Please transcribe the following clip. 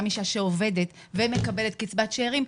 גם אישה שעובדת ומקבלת קיצבת שאירים,